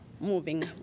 moving